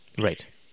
Right